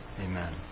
amen